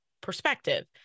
perspective